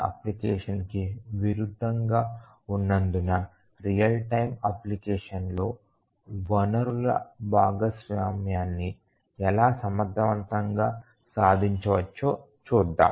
అప్లికేషన్కి విరుద్ధంగా ఉన్నందున real time application లో వనరుల భాగస్వామ్యాన్ని ఎలా సమర్థవంతంగా సాధించవచ్చో చూద్దాం